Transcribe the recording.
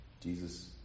Jesus